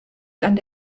nicht